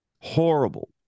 Horrible